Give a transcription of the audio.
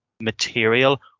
material